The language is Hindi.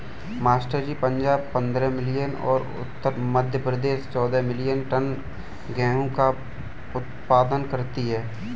मास्टर जी पंजाब पंद्रह मिलियन और मध्य प्रदेश चौदह मिलीयन टन गेहूं का उत्पादन करती है